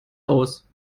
aus